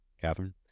Catherine